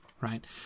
right